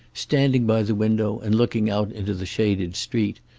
standing by the window and looking out into the shaded street,